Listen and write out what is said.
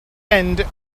end